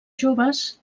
joves